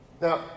Now